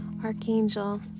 Archangel